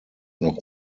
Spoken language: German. noch